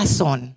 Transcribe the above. son